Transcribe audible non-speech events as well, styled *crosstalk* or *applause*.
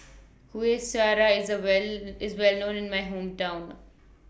*noise* Kueh Syara IS A Well IS Well known in My Hometown